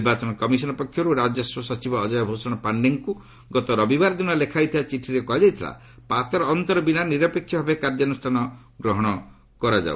ନିର୍ବାଚନ କମିଶନ ପକ୍ଷରୁ ରାଜସ୍ୱ ସଚିବ ଅଜୟ ଭୂଷଣ ପାଶ୍ଡେଙ୍କୁ ଗତ ରବିବାର ଦିନ ଲେଖାଯାଇଥିବା ଚିଠିରେ କୁହାଯାଇଥିଲା ପାତର ଅନ୍ତର ବିନା ନିରପେକ୍ଷ ଭାବେ କାର୍ଯ୍ୟାନୁଷ୍ଠାନ ଗ୍ରହଣ କରାଯାଉ